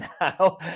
now